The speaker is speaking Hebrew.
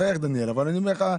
אתה מחייך, דניאל, אבל אני אומר לך,